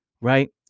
right